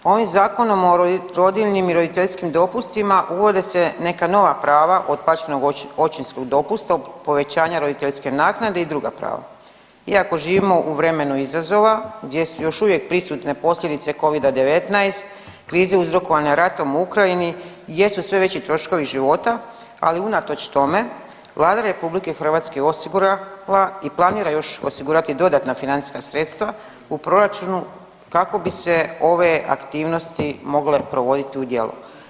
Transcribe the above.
Ovim Zakonom o rodiljnim i roditeljskim dopustima uvode se neka nova prava od plaćenog očinskog dopusta, povećanja roditeljske naknade i druga prava, iako živimo u vremenu izazova gdje su još uvijek prisutne posljedice Covida-19, krize uzrokovane ratom u Ukrajini, jesu sve veći troškovi života, ali unatoč tome, Vlada RH osigurala i planira još osigurati dodatna financijska sredstva u proračunu kako bi se ove aktivnosti mogle provoditi u djelo.